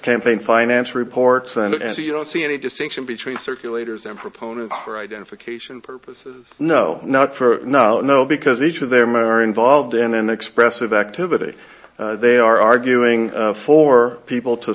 campaign finance reports and so you don't see any distinction between circulators and proponent for identification purposes no not for no no because each of their men are involved in an expressive activity they are arguing for people to